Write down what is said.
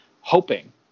hoping